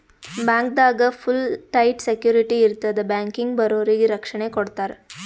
ಬ್ಯಾಂಕ್ದಾಗ್ full tight security ಇರ್ತದ್ ಬ್ಯಾಂಕಿಗ್ ಬರೋರಿಗ್ ರಕ್ಷಣೆ ಕೊಡ್ತಾರ